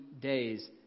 days